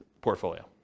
portfolio